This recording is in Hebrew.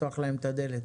לפתוח להם את הדלת.